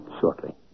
shortly